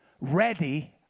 ready